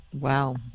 Wow